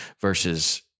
versus